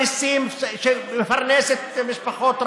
כמפרנסת משפחות רבות,